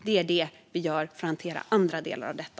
Det är vad vi gör för att hantera andra delar av detta.